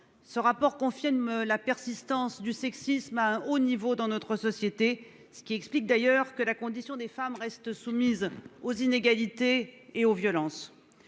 Ce rapport confirme la persistance du sexisme à haut niveau dans notre société, ce qui explique d'ailleurs que la condition des femmes reste soumise aux inégalités et aux violences